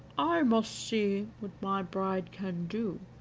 i must see what my bride can do.